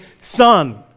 son